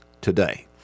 today